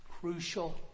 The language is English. crucial